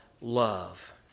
love